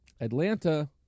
Atlanta